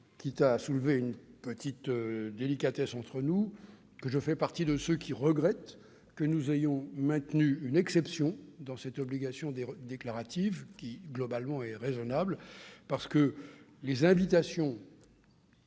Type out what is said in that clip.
quitte à soulever un point un peu délicat entre nous, que je fais partie de ceux qui regrettent que nous ayons maintenu une exception à cette obligation déclarative, laquelle est globalement raisonnable : les invitations